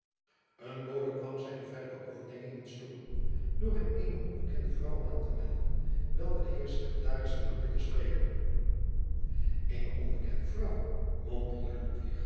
een bode kwam zijne verdere overdenkingen stooren door hem eene onbekende vrouw aan te melden welke den heer secretaris verlangde te spreken eene onbekende vrouw mompelde